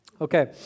Okay